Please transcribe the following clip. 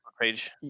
page